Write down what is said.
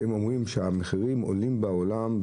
הם אומרים שהמחירים עולים בעולם,